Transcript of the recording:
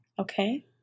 Okay